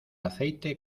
aceite